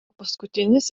paskutinis